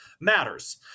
matters